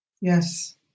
Yes